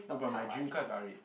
no but my dream car is R-eight